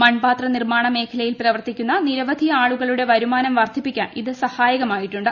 മൺപാത്ര നിർമ്മാണ മേഖലയിൽ പ്രവർത്തിക്കുന്ന നിരവധി ആളുകളുട വരുമാനം വർധിക്കാൻ ഇത് സഹായകമായിട്ടുണ്ട്